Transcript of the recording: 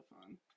fun